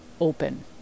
open